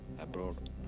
abroad